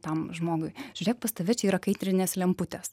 tam žmogui žiūrėk pas tave čia yra kaitrinės lemputės